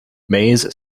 maze